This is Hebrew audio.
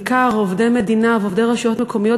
בעיקר עובדי מדינה ועובדי רשויות מקומיות,